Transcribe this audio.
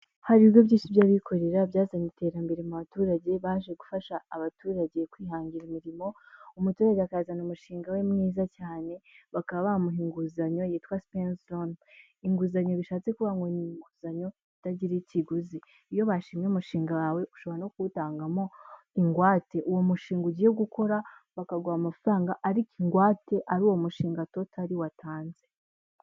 Hari ibigo byinshi by'abikorera byazanye iterambere mu baturage baje gufasha abaturage kwihangira imirimo. Umuturage akazana umushinga we mwiza cyane bakaba bamuha inguzanyo yitwa sipeniloni. Inguzanyo bishatse kuvuga ngo ni inguzanyo itagira ikiguzi. Iyo bashimye umushinga wawe ushobora no kuwutangamo ingwate. Uwo mushinga ugiye gukora bakaguha amafaranga ariko ingwate ari uwo mushinga totari watanze.